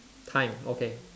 time okay